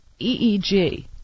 EEG